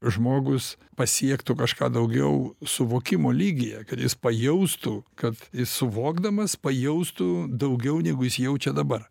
žmogus pasiektų kažką daugiau suvokimo lygyje kad jis pajaustų kad suvokdamas pajaustų daugiau negu jis jaučia dabar